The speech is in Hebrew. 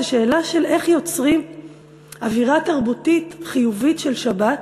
זו שאלה של איך יוצרים אווירה תרבותית חיובית של שבת